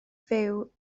fyw